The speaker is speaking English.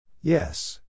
Yes